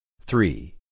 Three